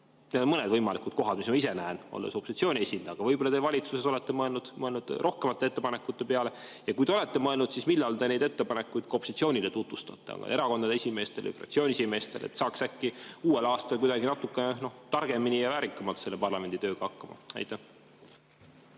Need on mõned võimalikud kohad, mis ma ise näen, olles opositsiooni esindaja. Aga võib-olla te valitsuses olete mõelnud rohkemate ettepanekute peale. Kui te olete mõelnud, siis millal te neid ettepanekuid ka opositsioonile, erakondade esimeestele, fraktsioonide esimeestele tutvustate, et saaks äkki uuel aastal kuidagi natuke targemini ja väärikamalt parlamendi tööga hakkama? Aitäh,